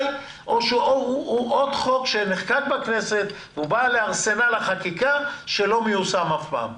או שהוא עוד חוק שנחקק בכנסת ובא לארסנל החקיקה ולא ייושם אף פעם?